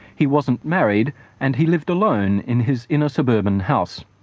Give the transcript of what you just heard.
he wasn't married and he lived alone in his inner suburban house.